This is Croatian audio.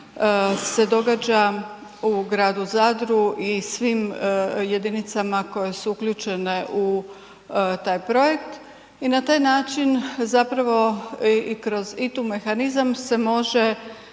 se događa u gradu Zadru i svim jedinicama koje su uključene u taj projekt i na taj način zapravo i kroz taj mehanizam se može